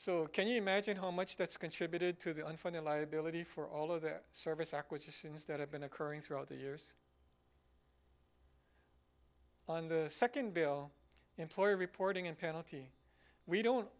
so can you imagine how much that's contributed to the unfunded liability for all of the service acquisitions that have been occurring throughout the years second bill employer reporting and penalty we don't